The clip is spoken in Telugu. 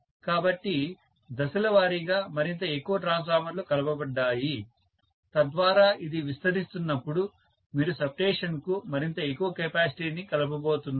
కాబట్టి దశల వారీగా మరింత ఎక్కువ ట్రాన్స్ఫార్మర్లు కలపబడ్డాయి తద్వారా ఇది విస్తరిస్తున్నప్పుడు మీరు సబ్స్టేషన్కు మరింత ఎక్కువ కెపాసిటీని కలపబోతున్నారు